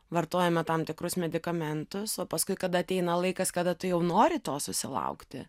vartojame tam tikrus medikamentus o paskui kada ateina laikas kada tu jau nori to susilaukti